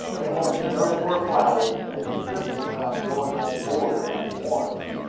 they wanted no more flowers, and insisted upon going on board at once.